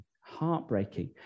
heartbreaking